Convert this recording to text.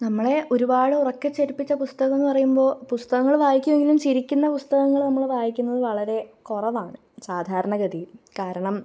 നമ്മളെ ഒരുപാട് ഉറക്കെ ചിരിപ്പിച്ച പുസ്തകം എന്ന് പറയുമ്പോൾ പുസ്തകങ്ങൾ വായിക്കുമെങ്കിലും ചിരിക്കുന്ന പുസ്തകങ്ങൾ നമ്മൾ വായിക്കുന്നത് വളരെ കുറവാണ് സാധാരണഗതിയില് കാരണം